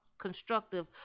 constructive